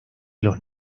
los